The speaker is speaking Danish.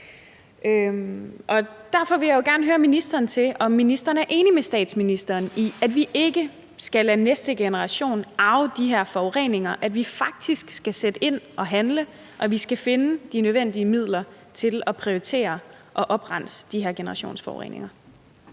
Derfor vil jeg jo gerne høre ministeren, om ministeren er enig med statsministeren i, at vi ikke skal lade næste generation arve de her forureninger – at vi faktisk skal sætte ind og handle, og at vi skal finde de nødvendige midler til at prioritere og oprense de her generationsforureninger.